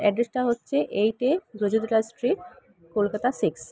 অ্যাড্রেসটা হচ্ছে এইট এ রায় street Kolkata six